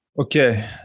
Okay